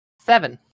Seven